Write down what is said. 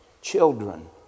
Children